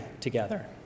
together